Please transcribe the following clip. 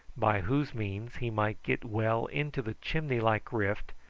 by whose means he might get well into the chimney-like rift,